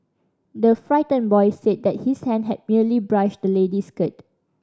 the frightened boy said that his hand had merely brushed the lady's skirt